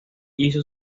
hizo